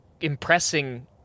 impressing